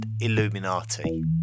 Illuminati